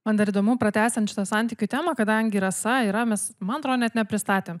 man dar įdomu pratęsiant šitą santykių temą kadangi rasa yra mes man atrodo net ne pristatėm